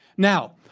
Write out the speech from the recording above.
now,